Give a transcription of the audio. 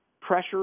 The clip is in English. pressure